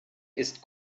ist